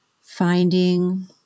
finding